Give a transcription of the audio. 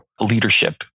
leadership